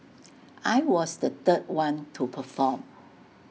I was the third one to perform